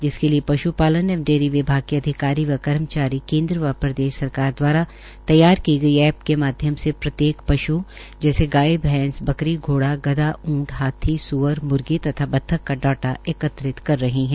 जिसके लिए पश्पालन एवं डेयरी विभाग के अधिकारी व कर्मचारी केन्द्र व प्रदेश सरकार दवारा तैयार की गई ऐप के माध्यम से प्रत्येक पश् जैसे गाय भैंस बकरी घोड़ा गधा उंट हाथी सूअर मूर्गी तथा बतख का डाटा एकत्रित कर रहे है